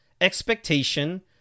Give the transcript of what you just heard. expectation